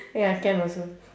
ya can also